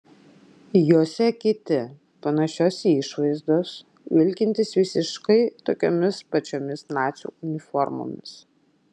jose kiti panašios išvaizdos vilkintys visiškai tokiomis pačiomis nacių uniformomis